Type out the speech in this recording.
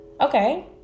Okay